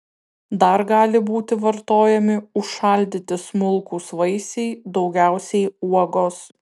dar gali būti vartojami užšaldyti smulkūs vaisiai daugiausiai uogos